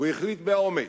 הוא החליט באומץ.